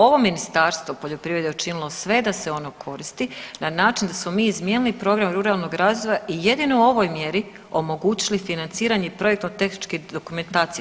Ovo Ministarstvo poljoprivrede je učinilo sve da se ono koristi na način da smo mi izmijenili program ruralnog razvoja i jedino ovoj mjeri omogućili financiranje projektno tehničke dokumentacije.